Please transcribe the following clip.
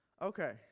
Okay